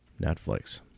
Netflix